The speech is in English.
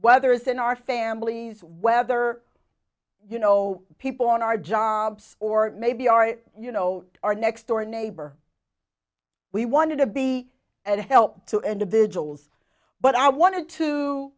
whether it's in our families whether you know people on our jobs or maybe our you know our next door neighbor we wanted to be and help to individuals but i wanted to